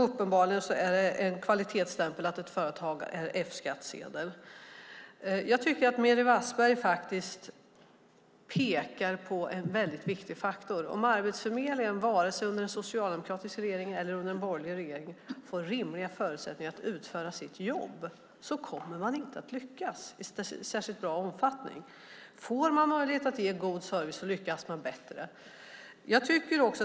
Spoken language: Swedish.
Uppenbarligen är det en kvalitetsstämpel att ett företag har F-skattsedel. Meeri Wasberg pekar på en väldigt viktig faktor. Om Arbetsförmedlingen under en socialdemokratisk regering eller en borgerlig regering inte får rimliga förutsättningar att utföra sitt jobb kommer man inte att lyckas i särskilt stor omfattning. Om man får möjlighet att ge god service lyckas man bättre.